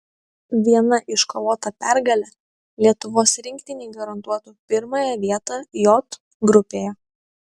viena iškovota pergalė lietuvos rinktinei garantuotų pirmąją vietą j grupėje